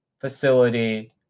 facility